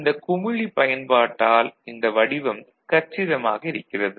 இந்த குமிழி பயன்பாட்டால் இந்த வடிவம் கச்சிதமாக இருக்கிறது